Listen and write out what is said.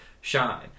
shine